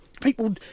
People